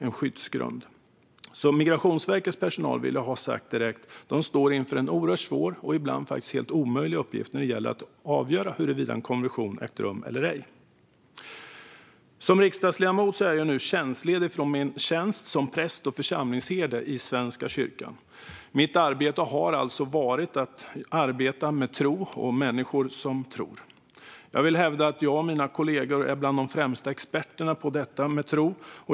Jag vill ha sagt att Migrationsverkets personal står inför en oerhört svår och ibland helt omöjlig uppgift när det gäller att avgöra huruvida en konversion ägt rum eller ej. Som riksdagsledamot är jag nu tjänstledig från min tjänst som präst och församlingsherde i Svenska kyrkan. Mitt arbete har alltså varit att arbeta med tro och människor som tror. Jag vill hävda att jag och mina kollegor är bland de främsta experterna på detta med tro.